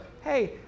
hey